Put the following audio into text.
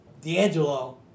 D'Angelo